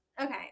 okay